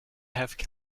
have